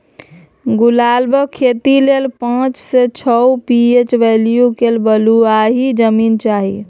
गुलाबक खेती लेल पाँच सँ छओ पी.एच बैल्यु केर बलुआही जमीन चाही